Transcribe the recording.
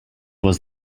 was